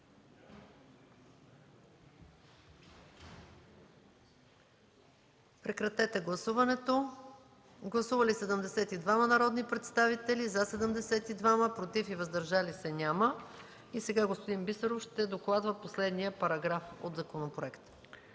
текста на § 41. Гласували 72 народни представители: за 72, против и въздържали се няма. Сега господин Бисеров ще докладва последния параграф от законопроекта.